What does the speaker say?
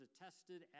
attested